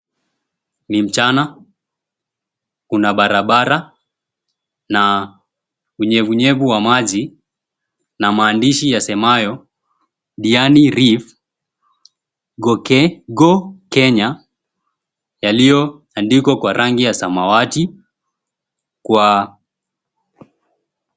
Ni mchana, kuna barabara na unyevunyevu wa maji, na maandishi yasemayo Diani Reef Go Kenya, yaliyoandikwa kwa rangi ya samawati kwa.